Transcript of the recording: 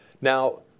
Now